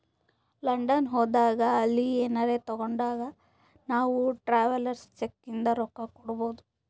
London ಹೋದಾಗ ಅಲ್ಲಿ ಏನರೆ ತಾಗೊಂಡಾಗ್ ನಾವ್ ಟ್ರಾವೆಲರ್ಸ್ ಚೆಕ್ ಇಂದ ರೊಕ್ಕಾ ಕೊಡ್ಬೋದ್